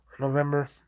November